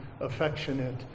affectionate